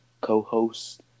co-host